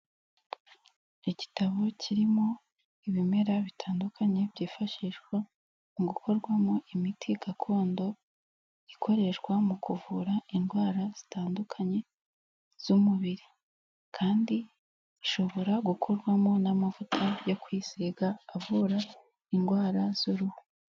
Igitabo kirimo ibimera bitandukanye byifashishwa mu gukorwamo imiti gakondo ikoreshwa mu kuvura indwara zitandukanye z'umubiri, kandi ishobora gukorwamo n'amavuta yo kwisiga avura indwara z'uruhu.